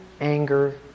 anger